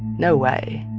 no way.